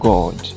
God